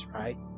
right